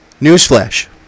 Newsflash